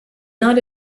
not